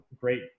great